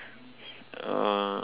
uh